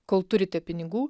kol turite pinigų